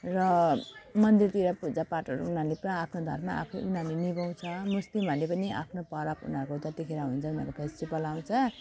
र मन्दिरतिर पूजापाठहरू उनीहरूले पुरा आफ्नो धर्म आफै उनीहरूले मिलेर छ मुस्लिमहरूले पनि आफ्नो परब उनीहरूको जतिखेर हुन्छ उनीहरूको फेस्टिबल आउँछ